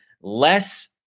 less